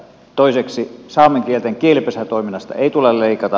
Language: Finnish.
toiseksi saamen kielten kielipesätoiminnasta ei tule leikata